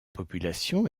population